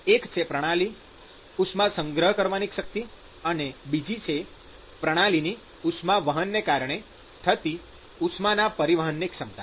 એક છે પ્રણાલી ઉષ્મા સંગ્રહિત કરવાની ક્ષમતા અને બીજી પ્રણાલીની ઉષ્માવહનના કારણે થતી ઉષ્માના પરિવહનની ક્ષમતા